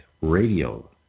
Radio